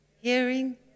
hearing